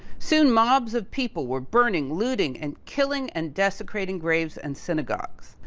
soon mobs of people were burning, looting and killing and desecrating graves and synagogues.